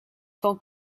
tant